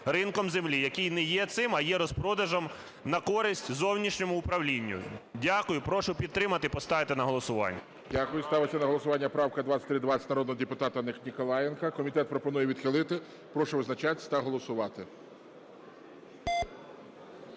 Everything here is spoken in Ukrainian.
ринком землі, який не є цим, а є розпродажем на користь зовнішньому управлінню. Дякую. Прошу підтримати, поставити на голосування. ГОЛОВУЮЧИЙ. Дякую. Ставиться на голосування правка 2320 народного депутата Ніколаєнка. Комітет пропонує відхилити. Прошу визначатися та голосувати.